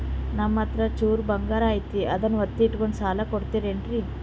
ನಮ್ಮಹತ್ರ ಚೂರು ಬಂಗಾರ ಐತಿ ಅದನ್ನ ಒತ್ತಿ ಇಟ್ಕೊಂಡು ಸಾಲ ಕೊಡ್ತಿರೇನ್ರಿ?